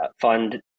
fund